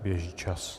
Běží čas.